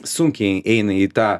sunkiai eina į tą